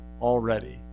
already